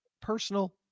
personal